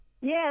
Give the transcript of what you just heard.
Yes